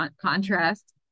contrast